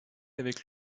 avec